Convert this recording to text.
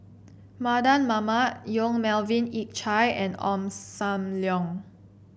Mardan Mamat Yong Melvin Yik Chye and Ong Sam Leong